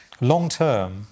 Long-term